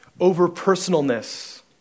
overpersonalness